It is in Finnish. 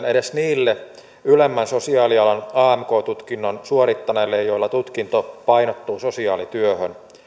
edes niille ylemmän sosiaalialan amk tutkinnon suorittaneille joilla tutkinto painottuu sosiaalityöhön